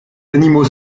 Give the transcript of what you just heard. animaux